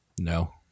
No